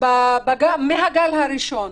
מאז הגל הראשון.